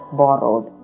borrowed